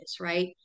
right